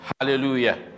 Hallelujah